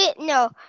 No